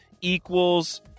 equals